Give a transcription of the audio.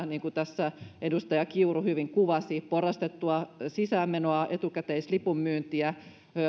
niin kuin tässä edustaja kiuru hyvin kuvasi porrastettua sisäänmenoa etukäteislipunmyyntiä